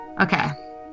Okay